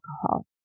alcohol